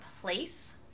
place